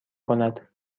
کند